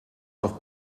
auf